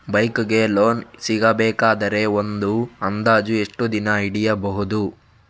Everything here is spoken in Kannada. ಬೈಕ್ ಗೆ ಲೋನ್ ಸಿಗಬೇಕಾದರೆ ಒಂದು ಅಂದಾಜು ಎಷ್ಟು ದಿನ ಹಿಡಿಯಬಹುದು?